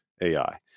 AI